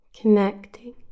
Connecting